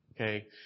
Okay